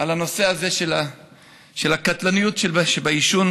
על הנושא הזה של הקטלניות שבעישון,